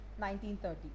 1930